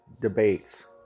debates